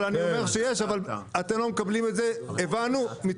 אבל אני אומר שיש,